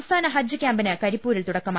സംസ്ഥാന ഹജ്ജ് ക്യാമ്പിന് കരിപ്പൂരിൽ തുടക്കമായി